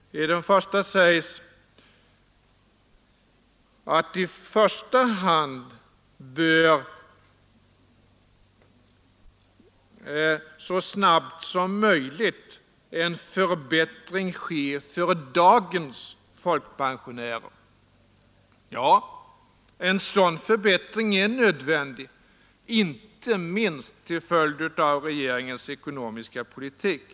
I den första sägs att i första hand bör så snabbt som möjligt en förbättring ske för dagens folkpensionärer. Ja, en sådan FÅ förbättring är nödvändig, inte minst till följd av regeringens ekonomiska politik.